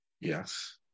Yes